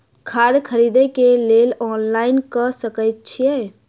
खाद खरीदे केँ लेल ऑनलाइन कऽ सकय छीयै?